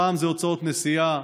הפעם זה הוצאות נסיעה,